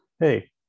Hey